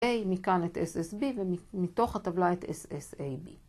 A מכאן את SSB ומתוך הטבלה את SSAB.